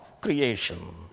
creation